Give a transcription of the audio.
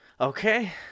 Okay